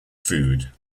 food